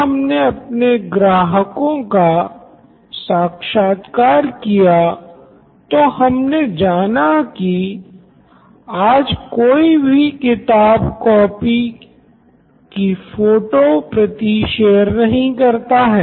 जब हमने अपने ग्राहकों का साक्षात्कार किया तो हमने जाना कि आज कोई भी किताब कॉपी की फोटो प्रति शेयर नहीं करता हैं